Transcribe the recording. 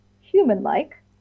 human-like